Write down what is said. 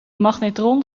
magnetron